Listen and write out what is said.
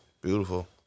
Beautiful